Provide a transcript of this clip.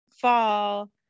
fall